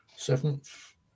Seventh